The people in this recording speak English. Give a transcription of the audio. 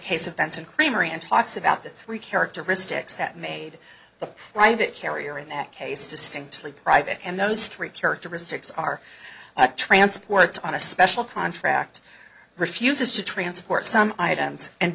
and talks about the three characteristics that made the right of it carrier in that case distinctly private and those three characteristics are transports on a special contract refuses to transport some items and